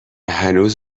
هنوز